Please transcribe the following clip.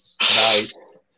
Nice